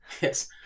Yes